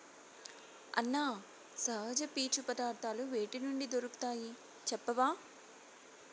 అన్నా, సహజ పీచు పదార్థాలు వేటి నుండి దొరుకుతాయి చెప్పవా